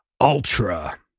ultra